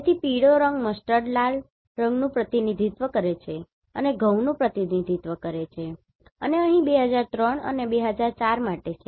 તેથી પીળો રંગ મસ્ટર્ડ લાલ રંગનું પ્રતિનિધિત્વ કરે છે અને ઘઉંનું પ્રતિનિધિત્વ કરે છે અને અહીં 2003 અને 2004 માટે છે